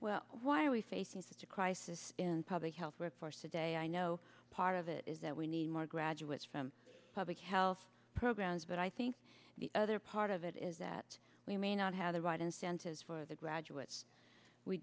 well why are we facing such a crisis in public health workforce today i know part of it is that we need more graduates from public health programs but i think the other part of it is that we may not have the right incentives for the graduates we